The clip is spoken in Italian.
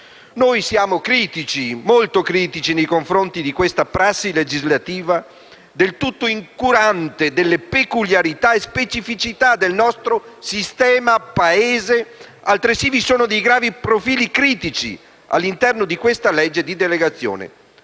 Noi siamo critici - molto critici - nei confronti di questa prassi legislativa, del tutto incurante delle peculiarità e specificità del nostro sistema Paese. Vi sono altresì dei gravi profili critici all'interno del disegno di legge